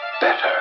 better